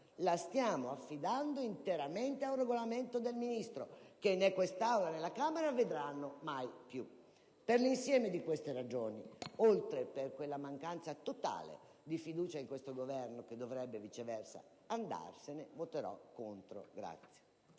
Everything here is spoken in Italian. la stiamo affidando interamente ad un regolamento del Ministro che né quest'Aula né la Camera vedranno mai più. Per l'insieme di queste ragioni, oltre che per la mancanza totale di fiducia in questo Governo, che dovrebbe viceversa andarsene, voterò contro.